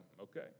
okay